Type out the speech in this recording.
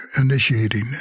initiating